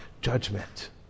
judgment